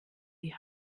die